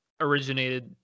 originated